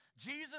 Jesus